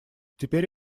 теперь